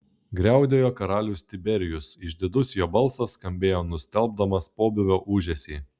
griaudėjo karalius tiberijus išdidus jo balsas skambėjo nustelbdamas pobūvio ūžesį